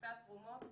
מכספי התרומות,